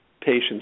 patients